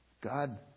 God